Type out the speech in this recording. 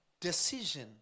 decision